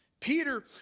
Peter